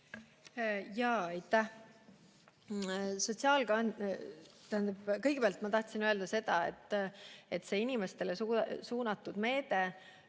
leida. Aitäh! Kõigepealt ma tahtsin öelda seda selle inimestele suunatud meetme